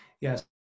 Yes